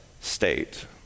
state